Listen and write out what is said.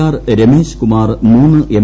R Rameshkumar മൂന്ന് M